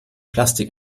plastik